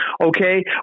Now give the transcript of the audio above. okay